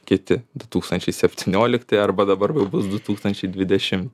kiti du tūkstančiai septyniolikti arba dabar jau bus du tūkstančiai dvidešim